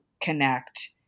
connect